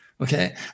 Okay